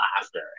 laughter